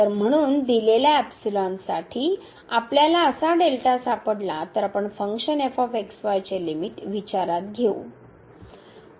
तर म्हणून दिलेल्या एप्सिलॉन साठी आपल्या ला असा डेल्टा सापडला तर आपण फंक्शन चे लिमिट विचारात घेऊ